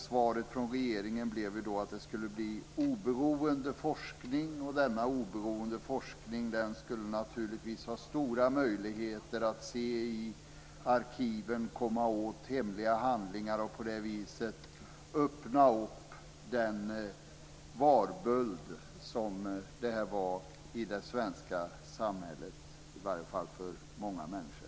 Svaret från regeringen var att det skulle bli en oberoende forskning - naturligtvis med stora möjligheter att titta i arkiven och komma åt hemliga handlingar för att på det viset öppna den varböld som det här var i det svenska samhället, i varje fall för många människor.